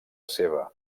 seva